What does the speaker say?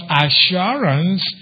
assurance